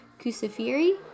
Kusafiri